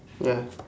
ya